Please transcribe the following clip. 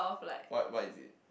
what what is it